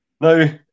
now